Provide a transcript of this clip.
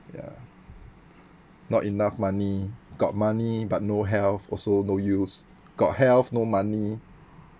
ya not enough money got money but no health also no use got health no money